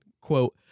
quote